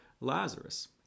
Lazarus